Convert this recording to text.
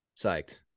psyched